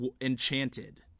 Enchanted